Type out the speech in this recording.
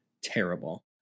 Terrible